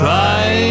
Try